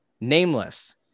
nameless